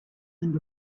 and